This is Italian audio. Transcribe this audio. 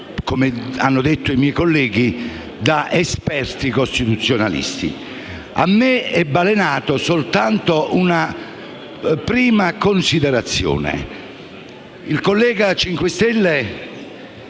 come hanno detto i miei colleghi - da esperti costituzionalisti. A me è balenata soltanto una prima considerazione: il collega del